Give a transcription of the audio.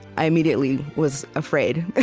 i immediately was afraid,